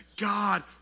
God